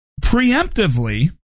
preemptively